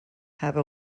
have